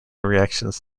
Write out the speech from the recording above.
reactions